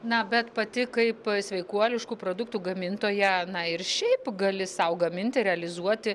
na bet pati kaip sveikuoliškų produktų gamintoja na ir šiaip gali sau gaminti realizuoti